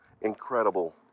incredible